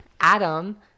Adam